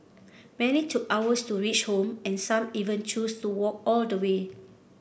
many took hours to reach home and some even choose to walk all the way